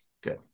Good